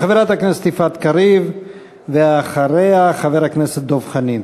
חברת הכנסת יפעת קריב, ואחריה, חבר הכנסת דב חנין.